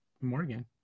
Morgan